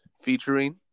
featuring